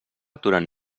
durant